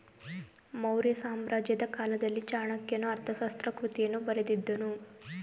ಮೌರ್ಯ ಸಾಮ್ರಾಜ್ಯದ ಕಾಲದಲ್ಲಿ ಚಾಣಕ್ಯನು ಅರ್ಥಶಾಸ್ತ್ರ ಕೃತಿಯನ್ನು ಬರೆದಿದ್ದನು